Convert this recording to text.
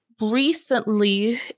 recently